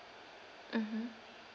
mmhmm